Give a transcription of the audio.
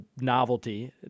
novelty